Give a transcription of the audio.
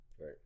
right